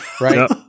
Right